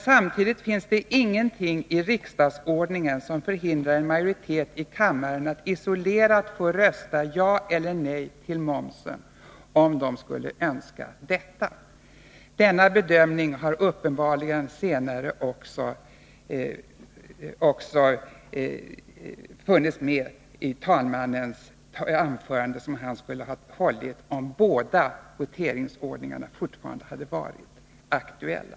Samtidigt finns det ingenting i riksdagsordningen som förhindrar en majoritet i kammaren att isolerat få rösta ja eller nej till momsen om man skulle önska detta. Denna bedömning har uppenbarligen senare också funnits med i det anförande som talmannen skulle ha hållit om båda voteringsordningarna fortfarande hade varit aktuella.